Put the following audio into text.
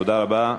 תודה רבה.